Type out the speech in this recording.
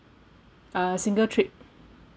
uh single trip